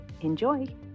enjoy